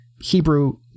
Hebrew